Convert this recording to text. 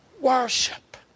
worship